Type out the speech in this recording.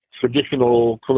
traditional